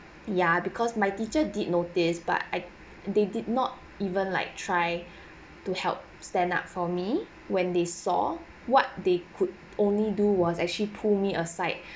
ya because my teacher did notice but they did not even like try to help stand up for me when they saw what they could only do was actually pulled me aside